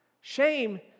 Shame